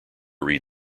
read